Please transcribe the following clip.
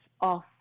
off